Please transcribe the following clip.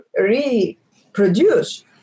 reproduce